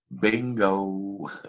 Bingo